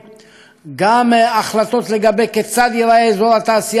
גם החלטות כיצד ייראה אזור התעשייה העתידי שם,